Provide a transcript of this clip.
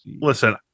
listen